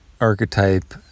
archetype